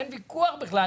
אין ויכוח בכלל,